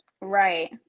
Right